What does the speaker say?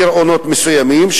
גירעונות מסוימים,